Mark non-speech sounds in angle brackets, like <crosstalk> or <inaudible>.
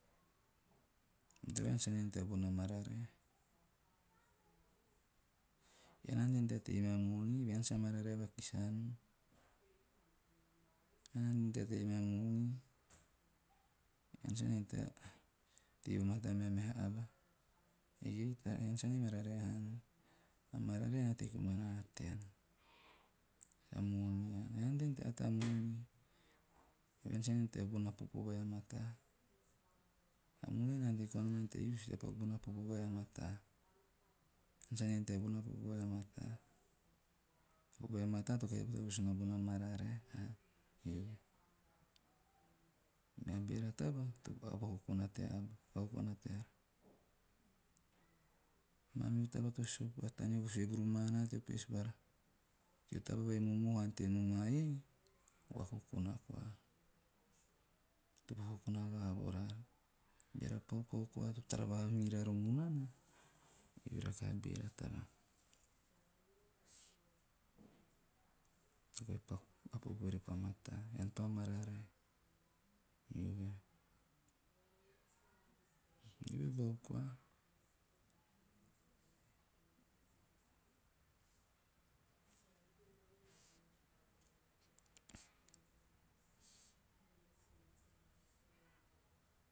Ean sa ante haanom tea von a mararae. Ean na ante nom tea tei mea moni eve he ean sa mararae vakis haa nom. Ean na ante nom tea tei va mararae haa nom. A mararae na tei komana nana tean. Ean na anten nom tea von a popo vai a mataa. A moni na ante koa noman tea use tea paku bona popo vai a mataa. Ean sa ante haanom tea von a popo vai a mataa, a popo vai a mataa to kahi dee vos mana bona mararae, eove. Mea beera taba, o vakokona tea aba, vakokona teara. Mamihu taba topa taneo sue vuru maa naa teo pespara <unintelligible> teo taba vai momohu ante nomana iei, o vakokona koa, to kahi vakokona vo raara. Beara paupau koa to tara vavaha miraara o munana, eve rakaha a beera taba ti kahi paku a popo repa mataa, ean pa mararae, eove. Eve bau koa.